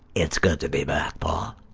it's good to be back, paul.